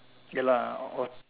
ya lah what